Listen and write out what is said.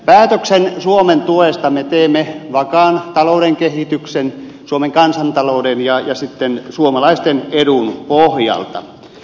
päätöksen suomen tuesta me teemme vakaan talouden kehityksen suomen kansantalouden ja suomalaisten edun pohjalta